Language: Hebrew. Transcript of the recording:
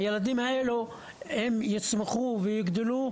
הילדים האלה הם יצמחו ויגדלו,